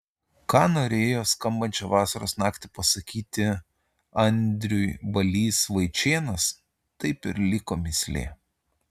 ką norėjo skambančią vasaros naktį pasakyti andriui balys vaičėnas taip ir liko mįslė